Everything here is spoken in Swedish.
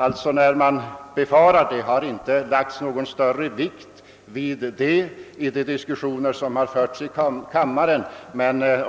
Det har inte lagts någon större vikt vid turistfrågorna i de diskussioner som förts i kammaren, men i